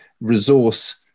resource